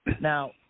Now –